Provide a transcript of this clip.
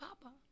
Papa